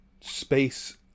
space